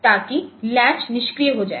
ताकि लैच निष्क्रिय हो जाए